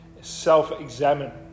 self-examine